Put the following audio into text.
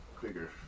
bigger